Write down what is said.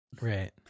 Right